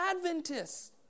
Adventists